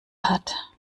hat